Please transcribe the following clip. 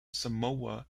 samoa